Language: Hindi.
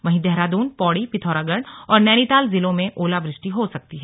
वहीं र्देहरादून पौड़ी पिथौरागढ़ और नैनीताल जिलों में में ओलावृष्टि हो सकती है